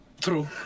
True